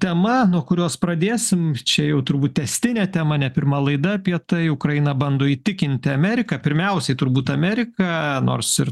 tema nuo kurios pradėsim čia jau turbūt tęstinė tema ne pirma laida apie tai ukraina bando įtikinti ameriką pirmiausiai turbūt ameriką nors ir